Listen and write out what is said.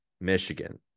Michigan